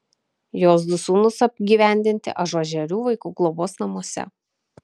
jos du sūnūs apgyvendinti ažuožerių vaikų globos namuose